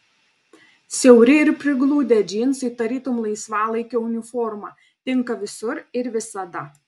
siauri ir prigludę džinsai tarytum laisvalaikio uniforma tinka visur ir visada